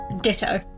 Ditto